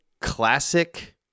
classic